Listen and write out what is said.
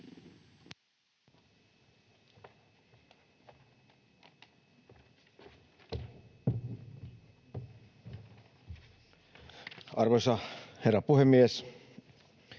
Arvoisa herra puhemies!